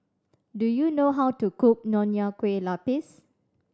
do you know how to cook Nonya Kueh Lapis